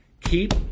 Keep